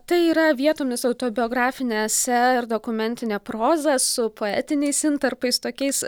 tai yra vietomis autobiografinė esė ir dokumentinė proza su poetiniais intarpais tokiais